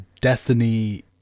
destiny